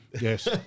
Yes